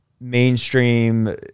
mainstream